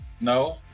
No